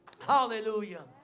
Hallelujah